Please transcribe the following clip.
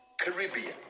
Caribbean